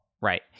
Right